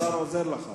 השר עוזר לך.